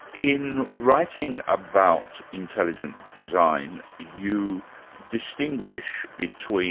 in writing about intelligent design, you distinguish between